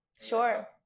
Sure